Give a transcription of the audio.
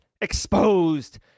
exposed